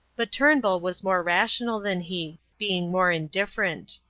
but turnbull was more rational than he, being more indifferent.